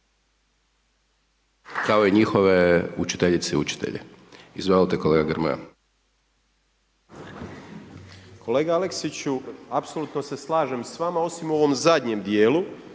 kao i njihove učiteljice i učitelje. Izvolte kolega Grmoja. **Grmoja, Nikola (MOST)** Kolega Aleksiću apsolutno se slažem s vama osim u ovom zadnjem dijelu.